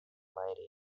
lady